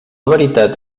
veritat